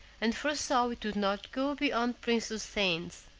and foresaw it would not go beyond prince houssain's.